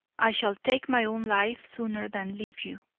i shall take my own life sooner than leave you.